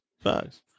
Thanks